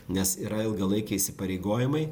nes yra ilgalaikiai įsipareigojimai